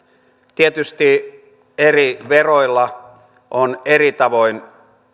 tietysti eri veroilla on eri tavoin